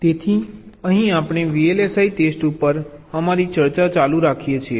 તેથી અહીં આપણે VLSI ટેસ્ટ ઉપર અમારી ચર્ચા ચાલુ રાખીએ છીએ